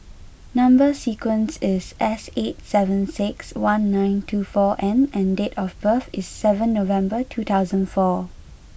number sequence is S eight seven six one nine two four N and date of birth is seven November two thousand four